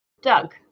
Doug